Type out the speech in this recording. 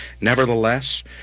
Nevertheless